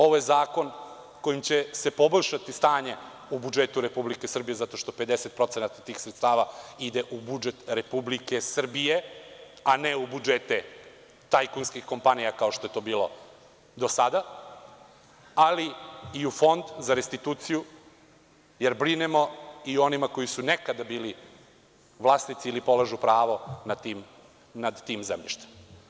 Ovo je zakon kojim će se poboljšati stanje u budžetu RS zato što 50% tih sredstava ide u budžet RS, a ne u budžete tajkunskih kompanija, kao što je to bilo do sada, ali i u Fond za restituciju jer brinemo i o onima koji su nekada bili vlasnici ili polažu pravo nad tim zemljištem.